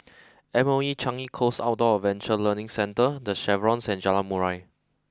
M O E Changi Coast Outdoor Adventure Learning Centre The Chevrons and Jalan Murai